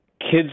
kids